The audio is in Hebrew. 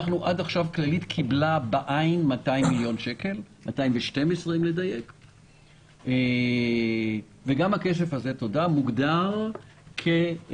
עד עכשיו כללית קיבלה בעין 212 מיליון שקל וגם הכסף הזה מוגדר כמקדמה.